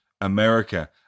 America